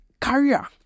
career